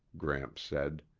gramps said.